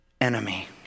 enemy